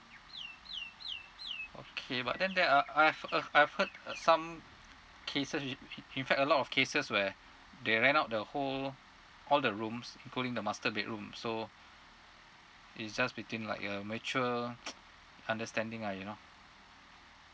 okay but then that uh I've uh I've heard some cases in fact a lot of cases where they rent out the whole all the rooms including the master bedroom so it's just between like uh mutual understanding ah you know